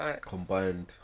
Combined